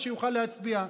שיוכל להצביע.